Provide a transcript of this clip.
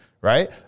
right